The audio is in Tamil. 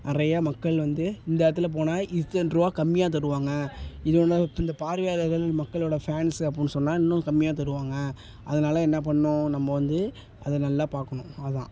நிறைய மக்கள் வந்து இந்த இடத்துல போனால் இத்தனை ரூபா கம்மியாக தருவாங்க இது இருந்தாலே இந்த பார்வையாளர்கள் மக்களோடய ஃபேன்ஸ்ஸு அப்புடின்னு சொன்னால் இன்னும் கம்மியாக தருவாங்க அதனால என்ன பண்ணணும் நம்ப வந்து அதை நல்லா பார்க்கணும் அதுதான்